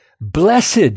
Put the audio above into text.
Blessed